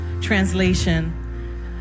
translation